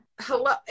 hello